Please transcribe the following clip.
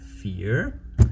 fear